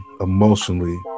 emotionally